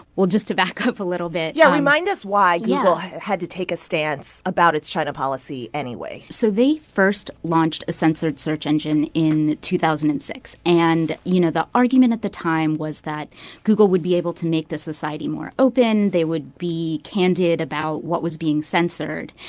well, just to back up a little bit. yeah. remind us why. yeah. google had to take a stance about its china policy anyway so they first launched a censored search engine in two thousand and six. and, you know, the argument at the time was that google would be able to make the society more open. they would be candid about what was being censored.